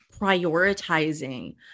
prioritizing